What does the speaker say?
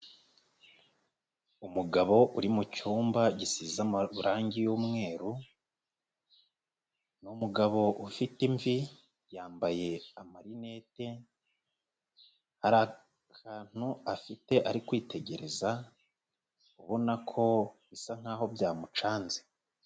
Umugabo uri mu cyumba gisize amarangi y'umweru, ni umugabo ufite imvi, yambaye amarinete, hari akantu afite ari kwitegereza, ubona ko bisa nkaho byamucanze.